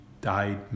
died